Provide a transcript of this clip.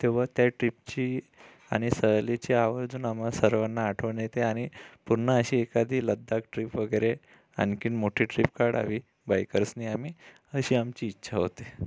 तेव्हा त्या ट्रीपची आणि सहलीची आवर्जून आम्हा सर्वांना आठवण येते आणि पुन्हा अशी एखादी लद्दाख ट्रीप वगैरे आणखीन मोठी ट्रीप काढावी बाईकर्सनी आम्ही अशी आमची इच्छा होते